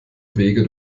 wege